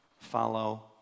Follow